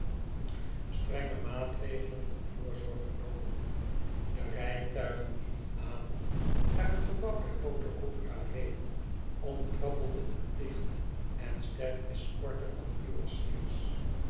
strenge maatregelen van voorzorg genomen de rijtuigen die dien avond naar het gebouw der groote opera reden omtrappelde een dicht en sterk escorte van kurassiers